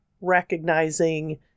recognizing